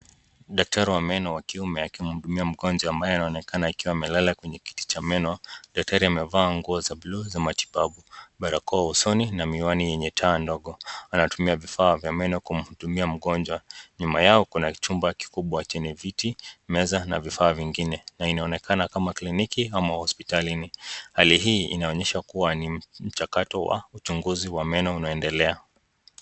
Daktari wa meno wa kiume akimhudumia mgonjwa ambaye anaonekana akiwa amelala kwenye kiti cha meno, daktari amevaa nguo za buluu za matibabu, barakoa usoni na miwani yenye taa ndogo, anatumia vifaa vya meno kumhudumia mgonjwa, nyuma yao kuna chumba kikubwa chenye viti, meza na vifaa vingine, na inaonekana kama kliniki ama hosiptalini. Hali hii inaonyesha kuwa ni mchakato wa uchunguzi wa meno unaendelea.